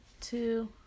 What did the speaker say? two